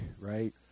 right